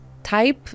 type